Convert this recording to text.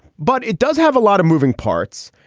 but it does have a lot of moving parts.